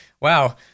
Wow